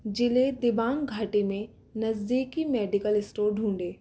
ज़िले दिबांग घाटी में नजदीकी मेडिकल स्टोर ढूँढें